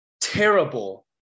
terrible